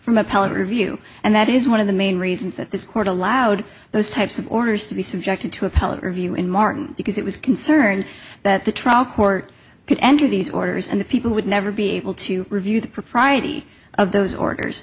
from appellate review and that is one of the main reasons that this court allowed those types of orders to be subjected to appellate review in martin because it was concerned that the trial court could enter these orders and the people would never be able to review the propriety of those orders